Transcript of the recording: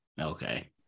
okay